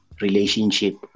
relationship